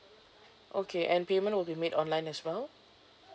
okay and payment will be made online as well